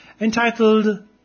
Entitled